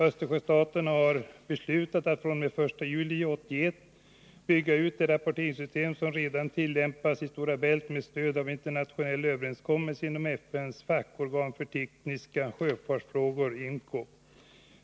Östersjöstaterna har beslutat att fr.o.m. den 1 juli 1981 bygga ut det rapporteringssystem som redan tillämpas i Stora Bält med stöd av en internationell överenskommelse inom FN:s fackorgan för tekniska sjöfartsfrågor .